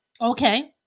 Okay